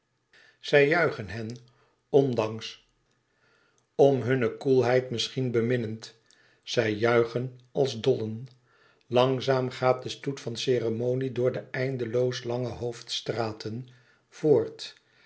zij juichen hen ondanks m hunne koelheid misschien beminnend zij juichen als dollen langzaam gaat de stoet van ceremonie door de eindeloos lange hoofdstraten voort